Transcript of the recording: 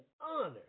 honor